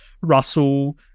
russell